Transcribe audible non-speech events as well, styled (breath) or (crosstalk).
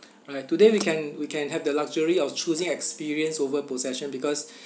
(breath) alright today we can we can have the luxury of choosing experience over possession because (breath)